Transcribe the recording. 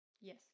yes